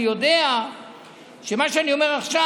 אני יודע שמה שאני אומר עכשיו,